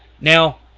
Now